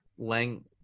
Lang